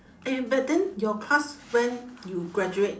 eh but then your class when you graduate